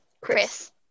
Chris